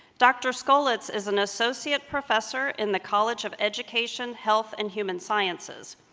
dr. skolits is an associate professor in the college of education, health, and human sciences.